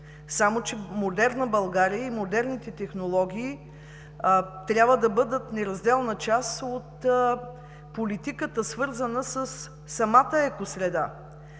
само че модерна България и модерните технологии трябва да бъдат неразделна част от политиката, свързана със самата екосреда.